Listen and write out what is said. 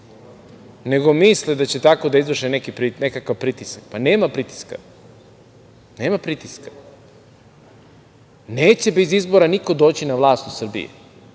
nego misle da će tako da izvrše nekakav pritisak. Pa, nema pritiska. Nema pritiska. Neće bez izbora niko doći na vlast u Srbiji.